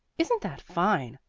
isn't that fine?